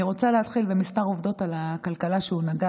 אני רוצה להתחיל בכמה עובדות על הכלכלה שהונהגה